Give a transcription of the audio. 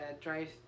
drive